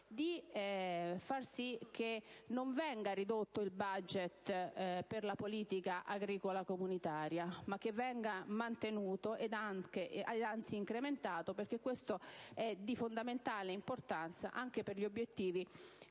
di far sì che non venga ridotto il *budget* per la politica agricola comunitaria, ma che venga mantenuto e anzi incrementato, perché ciò è di fondamentale importanza anche per gli obiettivi del